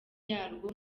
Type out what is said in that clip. yarwo